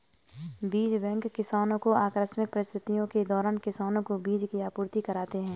बीज बैंक किसानो को आकस्मिक परिस्थितियों के दौरान किसानो को बीज की आपूर्ति कराते है